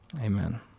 amen